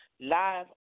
live